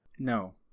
No